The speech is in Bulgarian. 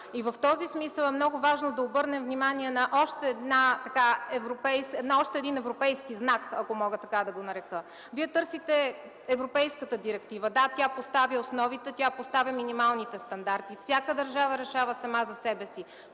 В този смисъл е много важно да обърнем внимание на още един европейски знак, ако мога така да го нарека. (Реплики от КБ.) Вие търсите европейската директива. Да, тя поставя основите, тя поставя минималните стандарти и всяка държава решава сама за себе си.